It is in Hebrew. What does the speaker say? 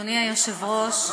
אדוני היושב-ראש,